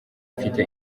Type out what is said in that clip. mfite